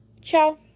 ciao